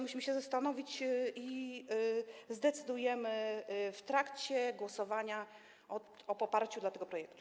Musimy się zastanowić i zdecydujemy w trakcie głosowania o poparciu dla tego projektu.